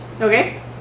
Okay